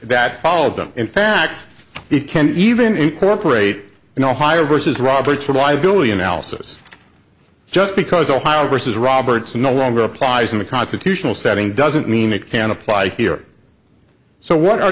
that follow them in fact he can even incorporate in ohio versus robert survivability analysis just because ohio versus roberts no longer applies in the constitutional setting doesn't mean it can apply here so what are